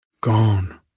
Gone